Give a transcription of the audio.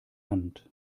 hand